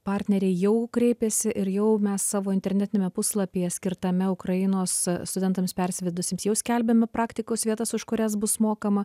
partneriai jau kreipėsi ir jau mes savo internetiniame puslapyje skirtame ukrainos studentams persvedusiems jau skelbiame praktikos vietas už kurias bus mokama